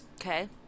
Okay